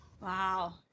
Wow